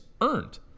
earned